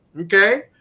okay